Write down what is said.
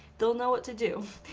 they'll know what to do.